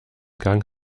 gang